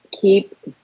keep